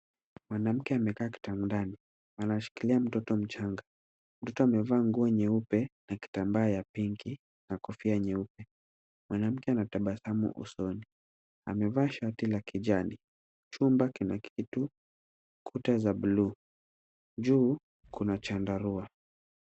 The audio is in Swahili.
Mwanamke amekaa kitandani. Anashikilia mtoto mchanga. Mtoto amevaa nguo nyeupe na kitambaa ya pinki na kofia nyeupe. Mwanamke ametabasamu usoni. Amevaa shati la kijani. Chumba kina kuta za buluu. Juu kuna chandarua.